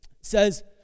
says